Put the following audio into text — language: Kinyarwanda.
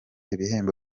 ibihembo